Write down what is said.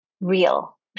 real